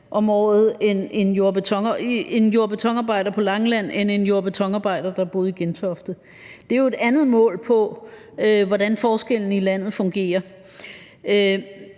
om året end en jord- og betonarbejder, der boede i Gentofte. Det er jo et andet mål på, hvordan forskellen i landet fungerer.